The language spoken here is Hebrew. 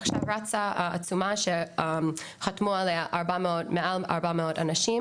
עכשיו רצה עצומה שחתמו עליה מעל ל-400 אנשים